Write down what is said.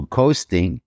coasting